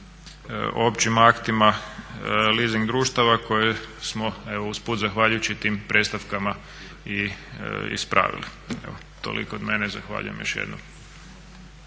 općim aktima leasing društava koje smo evo usput zahvaljujući tim predstavkama i ispravili. Evo toliko od mene. Zahvaljujem još jednom.